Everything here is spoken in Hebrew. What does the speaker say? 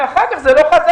ואחר כך זה לא חזר.